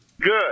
Good